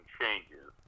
changes